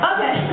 Okay